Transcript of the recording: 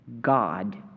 God